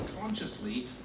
consciously